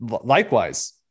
Likewise